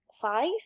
five